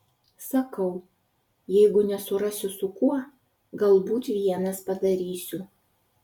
sakau jeigu nesurasiu su kuo galbūt vienas padarysiu